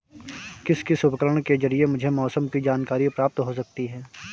किस किस उपकरण के ज़रिए मुझे मौसम की जानकारी प्राप्त हो सकती है?